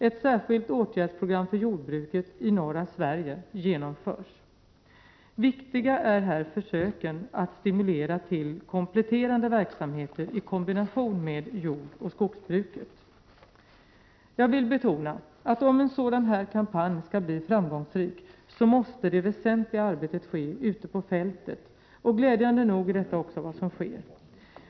Ett särskilt åtgärdsprogram för jordbruket i norra Sverige genomförs. Viktiga är här försöken att stimulera verksamheter som kompletterar jordoch skogsbruket. Jag vill betona att om en sådan här kampanj skall bli framgångsrik så måste det väsentliga arbetet ske ute på fältet, och glädjande nog är detta också vad som sker.